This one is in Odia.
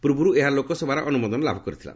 ପର୍ବର୍ ଏହା ଲୋକସଭାର ଅନୁମୋଦନ ଲାଭ କରିଥିଲା